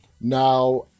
Now